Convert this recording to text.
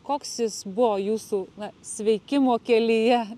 koks jis buvo jūsų na sveikimo kelyje